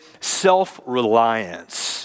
self-reliance